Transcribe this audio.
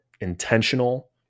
intentional